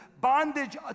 bondage